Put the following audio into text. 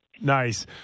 Nice